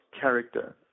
character